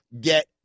get